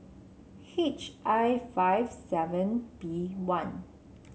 H I five seven B one